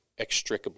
extricable